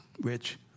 Rich